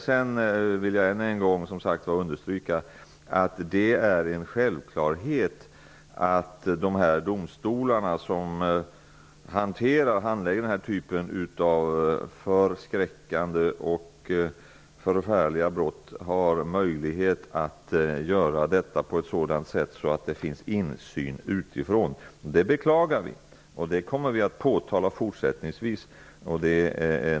Jag vill också än en gång understryka att det är en självklarhet att de domstolar som handlägger denna typ av förskräckande och förfärliga brott har möjlighet att göra det med insyn utifrån. Vi beklagar att så inte var fallet här; det kommer vi att påtala fortsättningsvis.